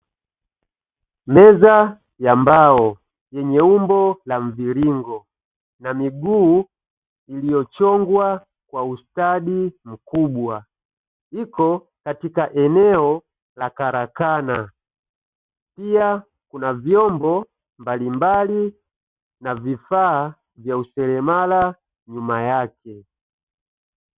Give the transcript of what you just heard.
Meza ya mbao yenye umbo la mviringo na miguu iliyochongwa kwa ustadi mkubwa iko katika eneo la karakana, pia kuna vyombo mbalimbali na vifaa vya useremala nyuma yake.